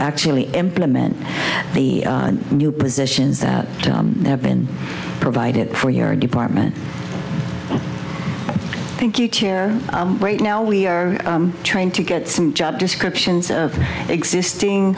actually implement the new positions that have been provided for your department thank you chair right now we are trying to get some job descriptions of existing